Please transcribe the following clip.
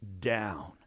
down